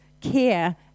care